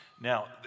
Now